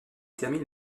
termine